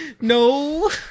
no